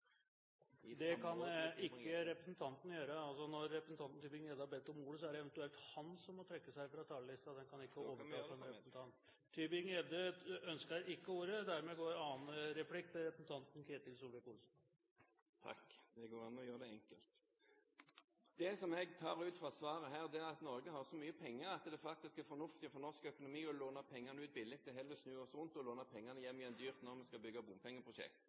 Det kan ikke representanten Ketil Solvik-Olsen gjøre. Når representanten Tybring-Gjedde har bedt om ordet, så er det eventuelt han som må trekke seg fra talerlisten, den kan ikke overtas av en annen representant. Tybring-Gjedde ønsker ikke ordet. Dermed går annen replikk til representanten Ketil Solvik-Olsen. Takk, det går an å gjøre det enkelt. Det som jeg tar ut fra svaret her, er at Norge har så mye penger at det faktisk er fornuftig for norsk økonomi å låne pengene ut billig og heller snu oss rundt og låne pengene hjem igjen dyrt når vi skal bygge bompengeprosjekt.